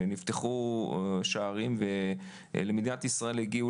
כשנפתחו השערים ולמדינת ישראל הגיעו